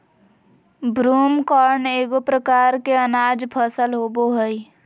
broomcorn एगो प्रकार के अनाज फसल होबो हइ